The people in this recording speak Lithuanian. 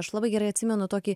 aš labai gerai atsimenu tokį